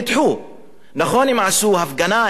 נכון, הם עשו הפגנה, הם עשו הרבה דברים,